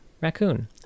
raccoon